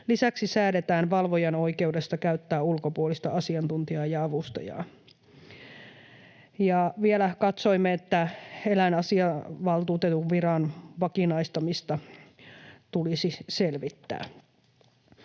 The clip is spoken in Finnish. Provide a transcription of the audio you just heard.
Lisäksi säädetään valvojan oikeudesta käyttää ulkopuolista asiantuntijaa ja avustajaa. Vielä katsoimme, että eläinasiavaltuutetun viran vakinaistamista tulisi selvittää.